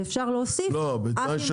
ואפשר להוסיף אף --- לא לא,